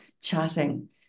chatting